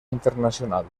internacional